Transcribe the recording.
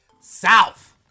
South